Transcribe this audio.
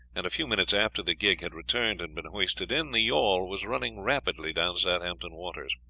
and a few minutes after the gig had returned and been hoisted in, the yawl was running rapidly down southampton waters.